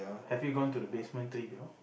have you gone to the basement to eat before